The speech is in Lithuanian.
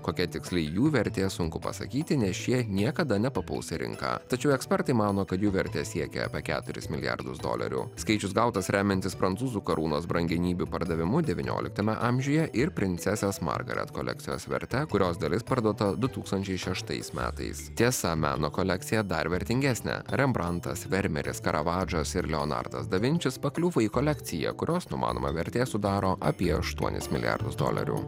kokia tiksliai jų vertė sunku pasakyti nes šie niekada nepapuls į rinką tačiau ekspertai mano kad jų vertė siekia apie keturis milijardus dolerių skaičius gautas remiantis prancūzų karūnos brangenybių pardavimu devynioliktame amžiuje ir princesės margaret kolekcijos verte kurios dalis parduota du tūkstančiai šeštais metais tiesa meno kolekciją dar vertingesnė rembrantas vermeris karavadžas ir leonardos davinčis pakliūvo į kolekciją kurios numanoma vertė sudaro apie aštuonis milijardus dolerių